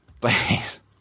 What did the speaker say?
please